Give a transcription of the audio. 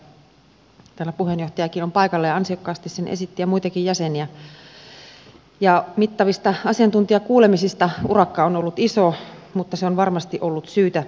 täällä puheenjohtajakin on paikalla ja ansiokkaasti sen esitti ja on muitakin jäseniä ja mittavista asiantuntijakuulemisista urakka on ollut iso mutta se on varmasti ollut syytä tehdä